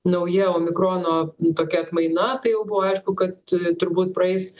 nauja o mikrono tokia atmaina tai jau buvo aišku kad turbūt praeis